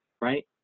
right